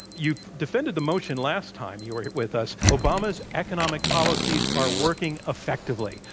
you've defended the motion last time you were with us, obama's economic policies are working effectively.